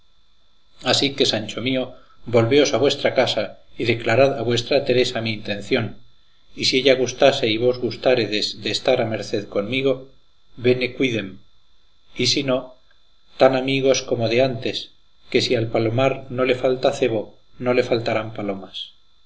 así que sancho mío volveos a vuestra casa y declarad a vuestra teresa mi intención y si ella gustare y vos gustáredes de estar a merced conmigo bene quidem y si no tan amigos como de antes que si al palomar no le falta cebo no le faltarán palomas